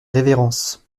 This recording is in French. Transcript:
révérences